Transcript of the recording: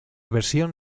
versión